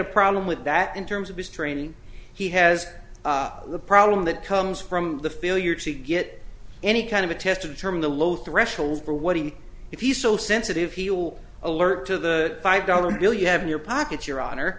a problem with that in terms of his training he has the problem that comes from the failure to get any kind of a test to determine the low threshold for what he if he's so sensitive he'll alert to the five dollar bill you have in your pocket your honor